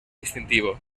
distintivo